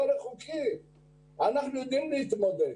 אנחנו יודעים להתמודד.